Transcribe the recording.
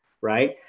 Right